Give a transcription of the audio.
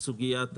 סוגיית